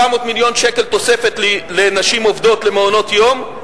700 מיליון שקל תוספת לנשים עובדות למעונות-יום,